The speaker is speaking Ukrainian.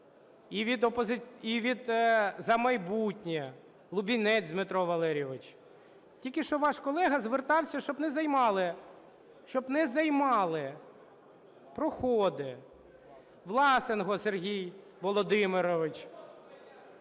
і від "За майбутнє". Лубінець Дмитро Валерійович, тільки що ваш колега звертався, щоб не займали, щоб не займали проходи. Власенко Сергій Володимирович.